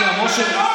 מדברים